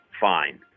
fine